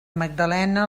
magdalena